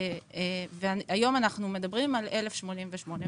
והיום אנחנו מדברים על 1,088 שקל.